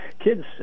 kids